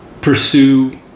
pursue